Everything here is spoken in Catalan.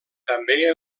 també